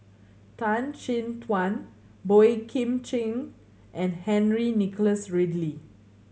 Tan Chin Tuan Boey Kim Cheng and Henry Nicholas Ridley